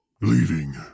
Leaving